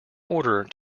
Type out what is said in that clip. order